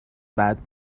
بعد